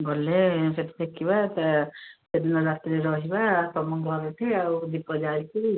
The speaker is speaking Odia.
ଗଲେ ସେହିଠି ଦେଖିବା ସେ ସେଦିନ ରାତିରେ ରହିବା ତମ ଘରଠି ଆଉ ଦୀପ ଜାଳିକି